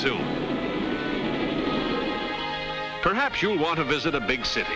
soon perhaps you'll want to visit a big city